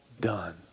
done